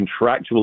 contractually